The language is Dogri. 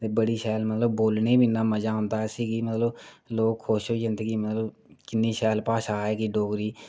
ते बड़ी शैल बोलने गी बी इन्ना मज़ा आंदा ऐ इसी गी मतलब ते लोग खुश होई जंदे कि मतलब किन्नी शैळ भाशा ऐ डोगरी